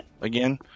again